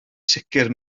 sicr